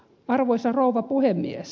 arvoisa rouva puhemies